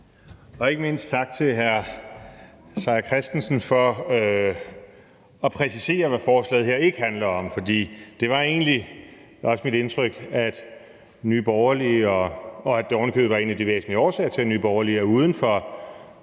og ikke mindst tak til hr. Peter Seier Christensen for at præcisere, hvad forslaget her ikke handler om. For det var egentlig også mit indtryk, at Nye Borgerlige, og at det ovenikøbet er en af de væsentlige årsager til, at Nye Borgerlige er uden for